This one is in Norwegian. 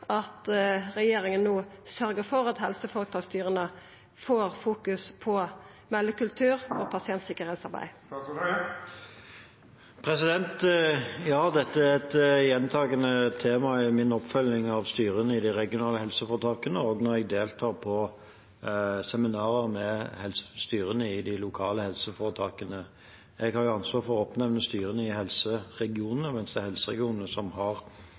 meldekultur og pasientsikkerheitsarbeid? Dette er et tema som går igjen i min oppfølging av styrene i de regionale helseforetakene og når jeg deltar på seminarer med styrene i de lokale helseforetakene. Jeg har ansvar for å oppnevne styrene i helseregionen, mens det er helseregionene som har